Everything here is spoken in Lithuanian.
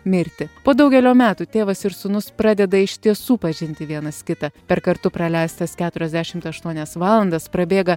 mirtį po daugelio metų tėvas ir sūnus pradeda iš tiesų pažinti vienas kitą per kartu praleistas keturiasdešimt aštuonias valandas prabėga